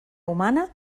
humana